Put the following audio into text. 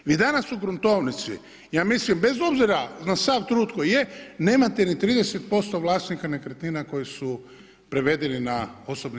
Vi danas u gruntovnici, ja mislim, bez obzira na sav trudi koji je, nemate ni 30% vlasnika nekretnina koji su prevedeni na OIB.